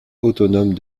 autonome